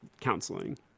counseling